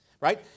right